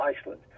Iceland